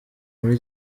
muri